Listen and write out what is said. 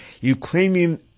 Ukrainian